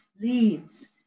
leads